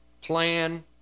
plan